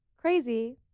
crazy